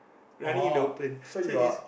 running in the open so is